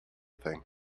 thing